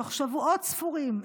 בתוך שבועות ספורים,